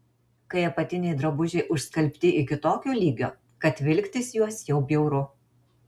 kai apatiniai drabužiai užskalbti iki tokio lygio kad vilktis juos jau bjauru